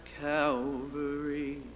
Calvary